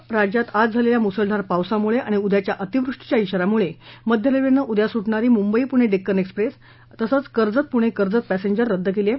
मुंबईसह राज्यात आज झालेल्या मुसळधार पावसामुळे आणि उद्याच्या अतिवृष्टीच्या इशा यामुळे मध्य रेल्वेनं उद्या सुटणारी मुंबई पुणे डेक्कन एक्सप्रेस कर्जत पुणे कर्जत पॅसेंजर रद्द केली आहे